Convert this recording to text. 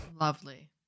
lovely